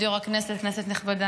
שלום, כבוד היו"ר, כנסת נכבדה,